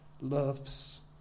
loves